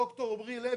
ד"ר עומרי לוי,